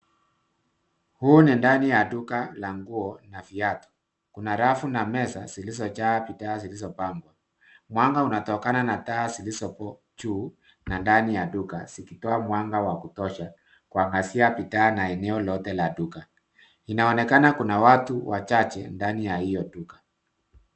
Huu ni ndani ya duka la nguo na viatu. Kuna rafu na meza zilizojaa bidhaa zilizopangwa. Mwanga unatokana na taa zilizopo juu na ndani ya duka zikitoa mwanga wa kutosha kuangazia bidhaa na eneo lote la duka. Inaonekana kuna watu wachache ndani ya hio duka.